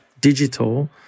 digital